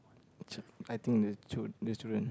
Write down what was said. I think the children